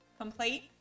Complete